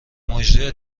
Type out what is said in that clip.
مجری